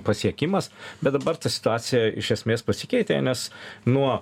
pasiekimas bet dabar ta situacija iš esmės pasikeitė nes nuo